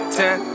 ten